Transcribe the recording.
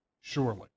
Surely